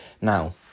Now